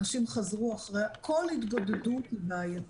כל התגודדות היא בעייתית.